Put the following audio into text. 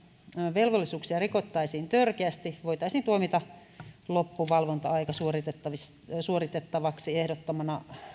velvollisuuksia rikkoisi törkeästi voitaisiin tuomita loppuvalvonta aika suoritettavaksi suoritettavaksi ehdottomana